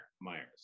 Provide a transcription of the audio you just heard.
Myers